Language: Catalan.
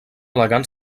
elegant